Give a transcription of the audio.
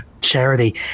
Charity